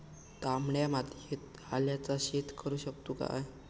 तामड्या मातयेत आल्याचा शेत करु शकतू काय?